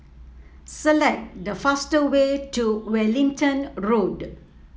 select the fast way to Wellington Road